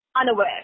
unaware